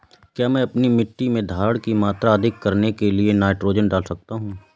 क्या मैं अपनी मिट्टी में धारण की मात्रा अधिक करने के लिए नाइट्रोजन डाल सकता हूँ?